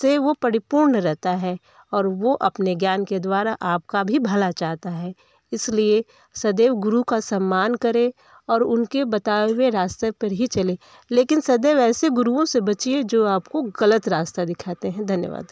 से वो परिपूर्ण रहता है और वो अपने ज्ञान के द्वारा आपका भी भला चाहता है इसलिए सदैव गुरु का सम्मान करें और उनके बताए हुए रास्ते पर ही चलें लेकिन सदैव ऐसे गुरुओं से बचिए जो आपको गलत रास्ता दिखाते हैं धन्यवाद